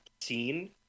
scene